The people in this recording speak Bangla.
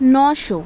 নশো